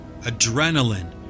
Adrenaline